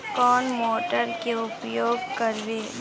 कौन मोटर के उपयोग करवे?